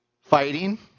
Fighting